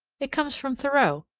it comes from thoreau,